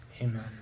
Amen